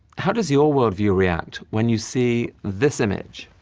how does your worldview react when you see this image